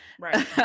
right